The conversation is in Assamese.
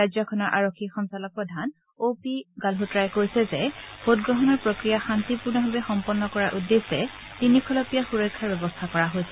ৰাজ্যখনৰ আৰক্ষী সঞ্চালক প্ৰধান অ' পি গালহোট্টাই কৈছে যে ভোটগ্ৰহণৰ প্ৰক্ৰিয়া শান্তিপূৰ্ণভাৱে সম্পন্ন কৰাৰ উদ্দেশ্যে তিনিখলপীয়া সুৰক্ষাৰ ব্যৱস্থা কৰা হৈছে